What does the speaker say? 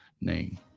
name